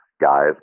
guys